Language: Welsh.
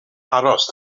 aros